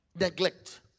Neglect